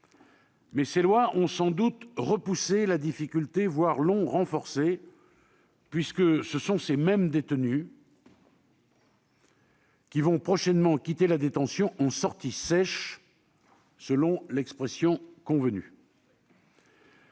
dispositions ont sans doute repoussé la difficulté, voire l'ont renforcée, puisque ces mêmes détenus vont prochainement quitter la détention en « sortie sèche », selon l'expression convenue.